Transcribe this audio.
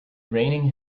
raining